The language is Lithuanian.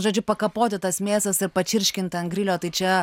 žodžiu pakapoti tas mėsas ir pačirškint ant grilio tai čia